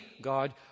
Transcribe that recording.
God